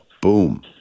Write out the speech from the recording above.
boom